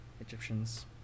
Egyptians